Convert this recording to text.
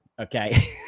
Okay